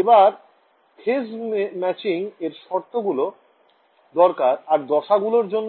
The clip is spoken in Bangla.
এবার আমরা ex hx ey hy